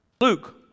Luke